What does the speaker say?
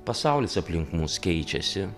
pasaulis aplink mus keičiasi